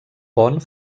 pont